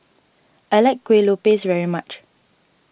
I like Kuih Lopes very much